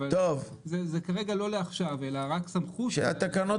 אבל זה לא לעכשיו אלא רק סמכות --- כשהתקנות